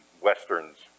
westerns